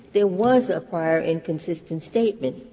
there was a prior inconsistent statement.